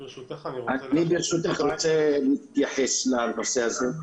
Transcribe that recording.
ברשותך, אני רוצה להתייחס לנושא הזה.